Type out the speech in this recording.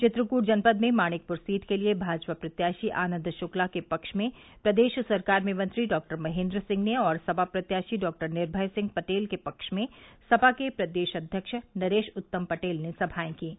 चित्रकूट जनपद में मानिकपुर सीट के लिए भाजपा प्रत्याशी आनंद शुक्ला के पक्ष में प्रदेश सरकार में मंत्री डॉक्टर महेन्द्र सिंह ने और सपा प्रत्याशी डॉक्टर निर्भय सिंह पटेल के पक्ष में सपा के प्रदेश अध्यक्ष नरेश उत्तम पटेल ने सभाए कीं